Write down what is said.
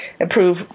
improve